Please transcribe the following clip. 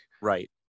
right